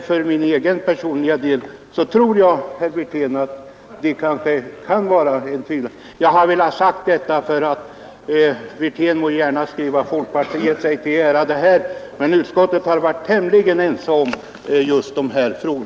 För min personliga del vill jag inte utesluta att det kan vara en väg att gå. Herr Wirtén får gärna tillskriva folkpartiet äran i detta sammanhang, men jag har velat peka på att man i utskottet har varit ense i den skrivning utskottet redovisar.